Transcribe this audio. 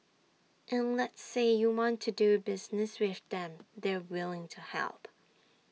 and let's say you want to do business with them they're willing to help